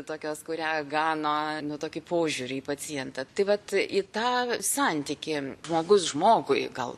tokios kurią gano nu tokį požiūrį į pacientą tai vat į tą santykį žmogus žmogui gal